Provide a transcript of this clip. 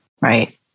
right